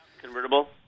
Convertible